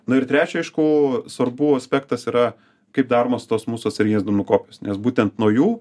na ir trečia aišku svarbus aspektas yra kaip daromos tos mūsų atsarginės duomenų kopijos nes būtent nuo jų